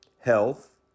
health